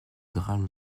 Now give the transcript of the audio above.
drame